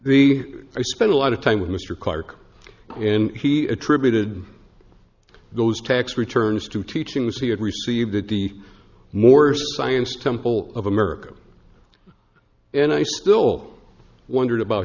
the i spent a lot of time with mr clarke and he attributed those tax returns to teachings he had received that the more science temple of america and i still wondered about